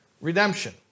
redemption